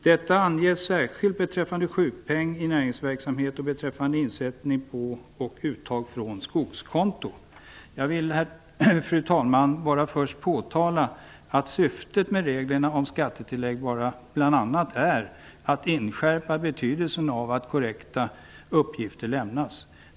Detta anges särskilt beträffande sjukpeng i näringsverksamhet och beträffande insättning på och uttag från skogskonto. Jag vill, fru talman, bara först påpeka att syftet med reglerna om skattetillägg bl.a. är att inskärpa betydelsen av att korrekta uppgifter lämnas.